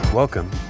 Welcome